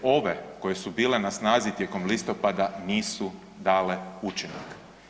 Jer ove koje su bile na snazi tijekom listopada nisu dale učinak.